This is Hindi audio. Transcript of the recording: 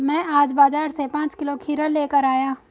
मैं आज बाजार से पांच किलो खीरा लेकर आया